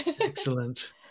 excellent